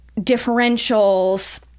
differentials